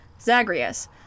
Zagreus